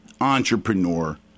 entrepreneur